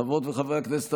חברות וחברי הכנסת,